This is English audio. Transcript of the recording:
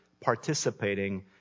participating